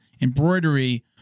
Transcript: embroidery